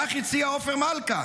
כך הציע עופר מלכה,